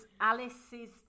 Alice's